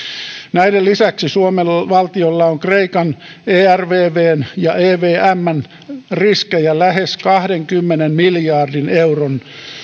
näiden lisäksi suomen valtiolla on kreikan ervvn ja evmn riskejä lähes kahdenkymmenen miljardin euron